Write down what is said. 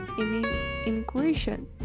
immigration